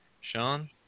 Sean